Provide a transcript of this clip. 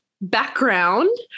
background